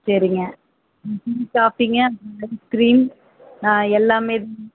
சரிங்க அப்புறம் ice cream ஆ எல்லாமே தான்